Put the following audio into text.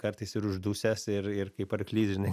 kartais ir uždusęs ir ir kaip arklys žinai